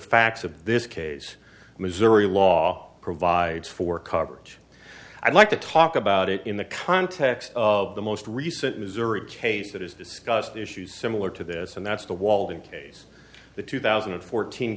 facts of this case missouri law provides for coverage i'd like to talk about it in the context of the most recent missouri case that is discussed issues similar to this and that's the walden case the two thousand and fourteen